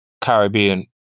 Caribbean